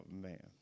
man